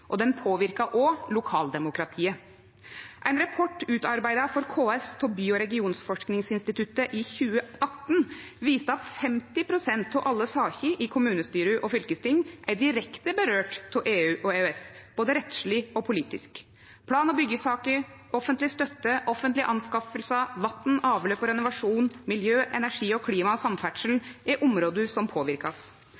og den påverkar òg lokaldemokratiet. Ein rapport utarbeidd for KS av By- og regionforskningsinstituttet i 2018 viste at EU og EØS får direkte følgjer, både rettsleg og politisk, for 50 pst. av alle saker i kommunestyre og fylkesting. Plan- og byggjesaker, offentleg støtte, offentlege innkjøp, vatten, avløp og renovasjon, miljø, energi, klima og samferdsel